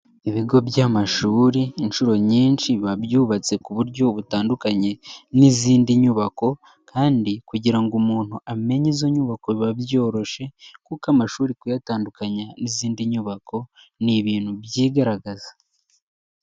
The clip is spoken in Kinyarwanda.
Ibigo by'amashuri, inshuro nyinshi babyubatse ku buryo butandukanye n'izindi nyubako, kandi kugira ngo umuntu amenye izo nyubako biba byoroshye, kuko amashuri kuyatandukanya n'izindi nyubako ni ibintu byigaragaza.